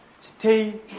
Stay